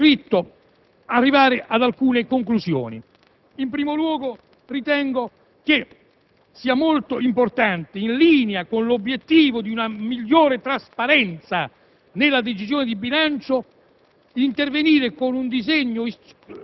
previsione. Rimandando, ripeto, al testo scritto, vorrei arrivare ad alcune conclusioni. In primo luogo, ritengo sia molto importante, in linea con l'obiettivo di una migliore trasparenza della decisione di bilancio,